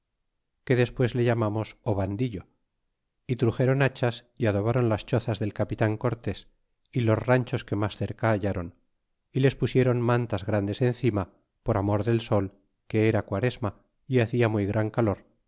que despues le llamamos ovandillo y truxéron hachas y adobron las chozas del capitan cortes y los ranchos que mas cerca halláron y les pusieron mantas grandes encima por amor del sol que era quaresma é hacia muy gran calor